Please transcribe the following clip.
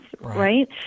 right